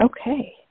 Okay